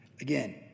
Again